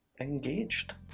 engaged